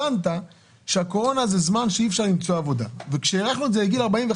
הבנת שהקורונה זה זמן שאי אפשר למצוא עבודה וכשהארכנו את זה לגיל 45